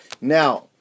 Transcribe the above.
Now